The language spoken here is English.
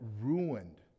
ruined